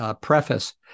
preface